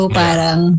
parang